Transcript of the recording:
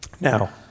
Now